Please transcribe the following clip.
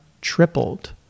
tripled